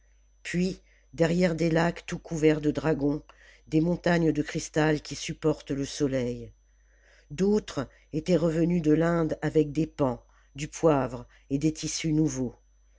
puis derrière des lacs tout couverts de dragons des montagnes de cristal qui supportent le soleil d'autres étaient revenus de l'inde avec des paons du poivre et des tissus nouveaux